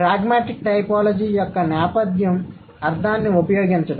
pragmatic typology యొక్క నేపథ్యం అర్థాన్ని ఉపయోగించడం